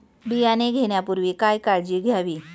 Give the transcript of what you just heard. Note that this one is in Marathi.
बियाणे घेण्यापूर्वी काय काळजी घ्यावी?